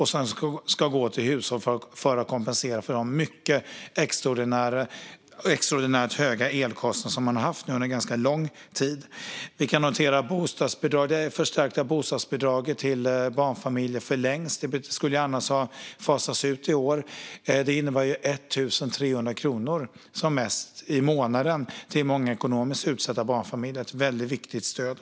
Det ska gå till hushåll för att kompensera för de mycket extraordinärt höga elkostnader som man nu har haft under en ganska lång tid. Vi kan notera att det förstärkta bostadsbidraget till barnfamiljer förlängs. Det skulle annars ha fasats ut i år. Det innebär 1 300 kronor som mest i månaden till många ekonomiskt utsatta barnfamiljer. Det är ett väldigt viktigt stöd.